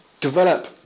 develop